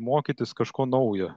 mokytis kažko naujo